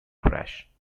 crash